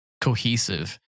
cohesive